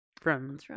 From-